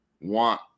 want